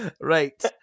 Right